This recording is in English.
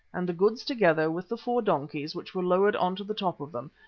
and the goods together with the four donkeys which were lowered on to the top of them,